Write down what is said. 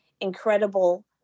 incredible